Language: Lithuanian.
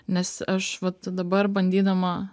nes aš vat dabar bandydama